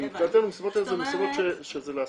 כי מבחינתו המסיבות האלה הן עסקים.